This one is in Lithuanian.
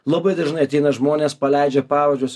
labai dažnai ateina žmonės paleidžia pavadžius